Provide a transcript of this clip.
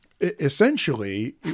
essentially